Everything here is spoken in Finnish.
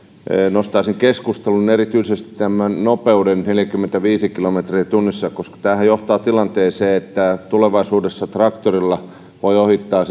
nostaisin keskusteluun erityisesti tämän nopeuden neljäkymmentäviisi kilometriä tunnissa koska tämähän johtaa tilanteeseen että tulevaisuudessa traktorilla voi ohittaa